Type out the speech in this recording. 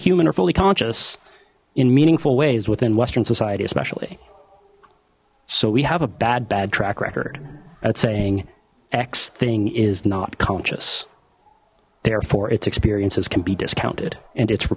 human are fully conscious in meaningful ways within western society especially so we have a bad bad track record at saying x thing is not conscious therefore its experiences can be discounted and it's